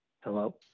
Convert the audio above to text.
Hello